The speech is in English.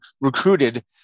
recruited